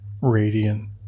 radiant